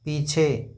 पीछे